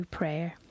prayer